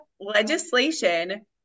legislation